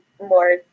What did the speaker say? more